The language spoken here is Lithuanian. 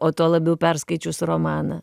o tuo labiau perskaičius romaną